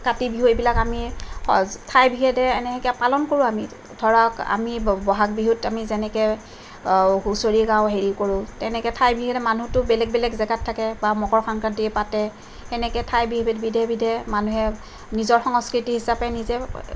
কাতি বিহু এইবিলাক আমি ঠাই বিশেষে এনেহেতে পালন কৰোঁ আমি ধৰক আমি বহাগ বিহুত আমি যেনেকে হুঁচৰি গাওঁ হেৰি কৰোঁ তেনেকে ঠাই বিশেষে মানুহটো বেলেগ বেলেগ জেগাত থাকে বা মকৰ সংক্ৰান্তি পাতে সেনেকে ঠাইভেদে বিধে বিধে মানুহে নিজৰ সংস্কৃতি হিচাপে নিজৰ